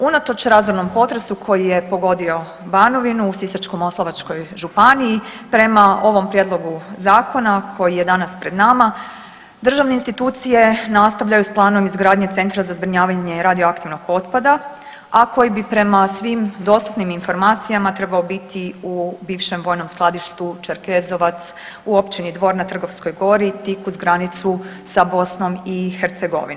Unatoč razornom potresu koji je pogodio Banovinu u Sisačko-moslavačkoj županiji prema ovom Prijedlogu zakona koji je danas pred nama državne institucije nastavljaju sa planom izgradnje Centra za zbrinjavanje radioaktivnog otpada, a koji bi prema svim dostupnim informacijama trebao biti u bivšem vojnom skladištu Čerkezovac u općini Dvor na Trgovskoj gori tik uz granicu sa Bosnom i Hercegovinom.